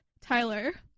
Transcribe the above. Tyler